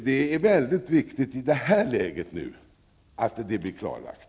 Det är väldigt viktigt i det här läget att det blir klarlagt.